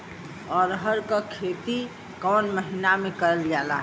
अरहर क खेती कवन महिना मे करल जाला?